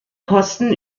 kosten